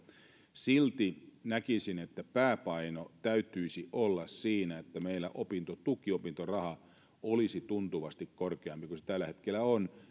silti näkisin että pääpainon täytyisi olla siinä että meillä opintotuki opintoraha olisi tuntuvasti korkeampi kuin se tällä hetkellä on